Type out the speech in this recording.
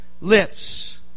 lips